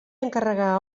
encarregà